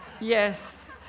Yes